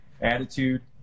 attitude